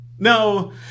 No